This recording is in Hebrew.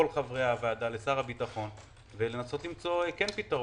חברי הוועדה לשר הביטחון ולנסות למצוא פתרון.